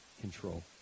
control